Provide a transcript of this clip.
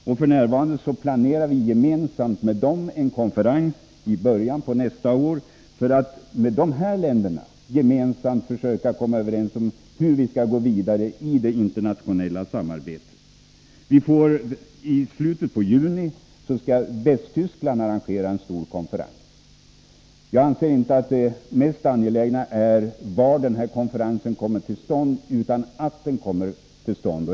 Och f. n. planerar vi gemensamt med dem en konferens i början på nästa år för att med dessa länder försöka komma överens om hur vi skall gå vidare i det internationella samarbetet. I slutet på juni skall Västtyskland arrangera en stor konferens. Jag anser inte att det mest angelägna är var den kommer till stånd utan att den kommer till stånd.